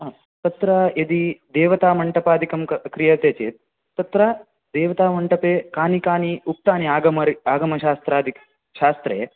हा तत्र यदि देवतामण्टपादिकं क्रीयते चेत् तत्र देवतामण्टपे कानि कानि आगम आगमशास्त्रादि शास्त्रे